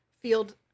field